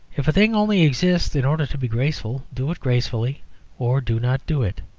if a thing only exists in order to be graceful, do it gracefully or do not do it.